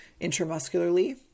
intramuscularly